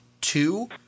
two